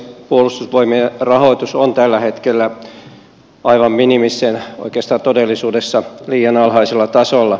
puolustusvoimien rahoitus on tällä hetkellä aivan minimissään oikeastaan todellisuudessa liian alhaisella tasolla